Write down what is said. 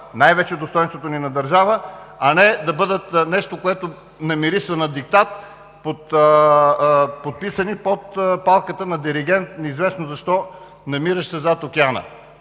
най-вече достойнството ни на държава! – а не да бъде нещо, което намирисва на диктат, подписани под палката на диригент, неизвестно защо, намиращ се зад океана.